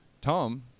tom